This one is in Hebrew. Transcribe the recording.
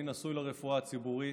אני נשוי לרפואה הציבורית,